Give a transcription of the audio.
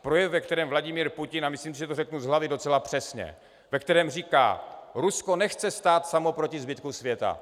Projev, ve kterém Vladimir Putin a myslím, že to řeknu z hlavy docela přesně ve kterém říká: Rusko nechce stát samo proti zbytku světa.